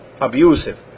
abusive